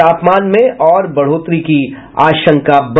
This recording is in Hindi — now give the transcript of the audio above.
तापमान में और बढ़ोतरी की आशंका है